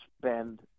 spend